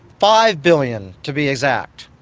five billion, to be exact.